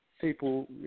people